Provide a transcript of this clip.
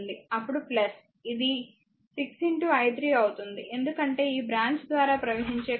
అప్పుడు ఇది 6 i3 అవుతుంది ఎందుకంటే ఈ బ్రాంచ్ ద్వారా ప్రవహించే కరెంట్ i3 0